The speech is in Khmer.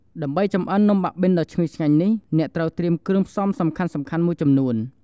ដើម្បីចម្អិននំបាក់បិនដ៏ឈ្ងុយឆ្ងាញ់នេះ អ្នកត្រូវត្រៀមគ្រឿងផ្សំសំខាន់ៗមួយចំនួន។